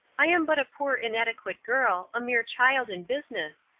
i am but a poor inadequate girl, a mere child in business,